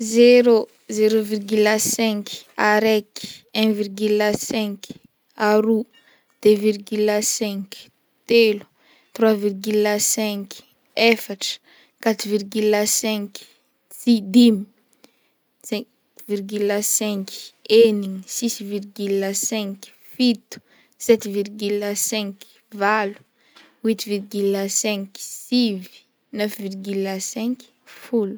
Zero, zero virgule cinq, araiky, un virgule cinq, aroa, deux virgule cinq, telo, trois virgule cinq, efatra, quatre virgule cinq, tsy- dimy, cinq virgule cinq, enina, six virgule cinq, fito, sept virgule cinq, valo, huit virgule cinq, sivy, neuf virgule cinq, folo.